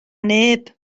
neb